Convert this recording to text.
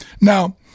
Now